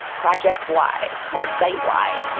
project y or site y.